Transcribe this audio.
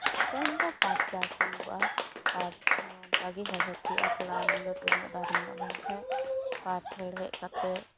ᱮᱠᱷᱚᱱ ᱫᱚ ᱯᱟᱴ ᱪᱟᱥ ᱦᱩᱭᱩᱜᱚᱜᱼᱟ ᱯᱟᱴ ᱦᱚᱸ ᱚᱱᱠᱟ ᱜᱮ ᱦᱮᱲᱦᱮᱫ ᱦᱩᱭᱩᱜᱼᱟ ᱛᱷᱚᱲᱟ ᱞᱹᱴᱩ ᱧᱚᱜ ᱫᱟᱨᱮ ᱧᱚᱜ ᱞᱮᱱ ᱠᱷᱟᱡᱽ ᱯᱟᱴ ᱦᱮᱲᱦᱮᱫ ᱠᱟᱛᱮᱫ